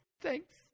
Thanks